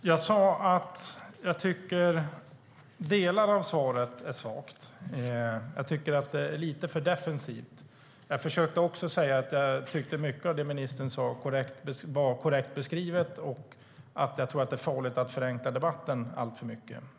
Herr talman! Jag sa att jag tycker att delar av svaret är svagt. Jag tycker att det är lite för defensivt. Jag försökte också säga att jag tyckte att mycket av det ministern sa gav en korrekt beskrivning och att jag tror att det är farligt att förenkla debatten alltför mycket.